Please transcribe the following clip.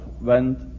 went